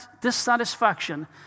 dissatisfaction